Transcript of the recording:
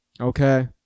okay